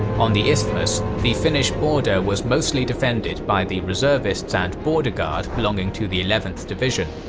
on the isthmus, the finnish border was mostly defended by the reservists and border guard belonging to the eleventh division.